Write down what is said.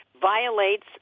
violates